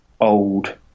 old